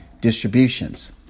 distributions